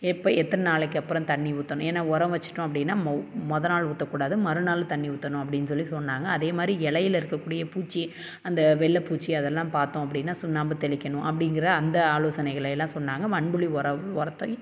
எப்போ எத்தனை நாளைக்கப்புறோம் தண்ணீர் ஊற்றணும் ஏன்னா ஒரம் வச்சிட்டோம் அப்படின்னா மோ முத நாள் ஊற்ற கூடாது மறுநாள் தண்ணீர் ஊற்றணும் அப்படின் சொல்லி சொன்னாங்க அதேமாதிரி இலையில இருக்கக்கூடிய பூச்சி அந்த வெள்ளை பூச்சி அதெலாம் பார்த்தோம் அப்படின்னா சுண்ணாம்பு தெளிக்கணும் அப்படிங்கிற அந்த ஆலோசனைகளை எல்லாம் சொன்னாங்க மண்புழு ஒரம் உரத்தை